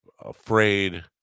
afraid